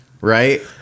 right